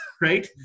right